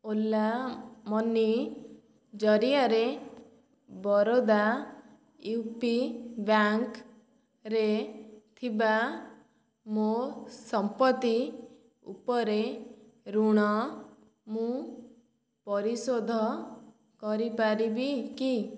Ola money ଜରିଆରେ Baroda UP ବ୍ୟାଙ୍କ୍ରେ ଥିବା ମୋ ସମ୍ପତ୍ତି ଉପରେ ଋଣ ମୁଁ ପରିଶୋଧ କରିପାରିବିକି